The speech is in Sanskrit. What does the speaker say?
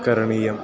करणीयः